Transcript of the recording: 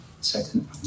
Second